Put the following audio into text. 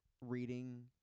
reading